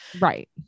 Right